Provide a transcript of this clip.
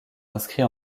inscrit